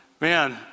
Man